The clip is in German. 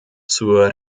zur